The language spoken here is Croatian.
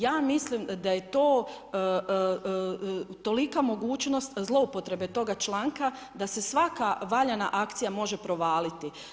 Ja mislim da je to tolika mogućnost zloupotrebe toga članka, da se svaka valjana akcija može provaliti.